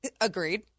Agreed